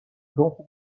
خوب